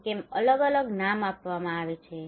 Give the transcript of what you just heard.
તેમને કેમ અલગ અલગ નામ આપવામાં આવે છે